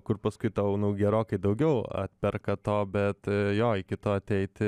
kur paskui tau nu gerokai daugiau atperka to bet jo iki to ateiti